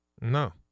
No